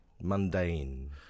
mundane